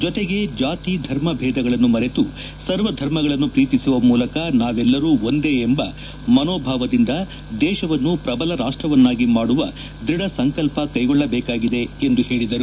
ಜೊತೆಗೆ ಜಾತಿ ಧರ್ಮ ಭೇದಗಳನ್ನು ಮರೆತು ಸರ್ವ ಧರ್ಮಗಳನ್ನು ಪ್ರೀತಿಸುವ ಮೂಲಕ ನಾವೆಲ್ಲರೂ ಒಂದೇ ಎಂಬ ಮನೋಭಾವದಿಂದ ದೇಶವನ್ನು ಪ್ರಬಲ ರಾಷ್ಟವನ್ನಾಗಿ ಮಾಡುವ ದೃಢ ಸಂಕಲ್ಪ ಕೈಗೊಳ್ಳಬೇಕಾಗಿದೆ ಎಂದು ಹೇಳಿದರು